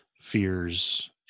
fears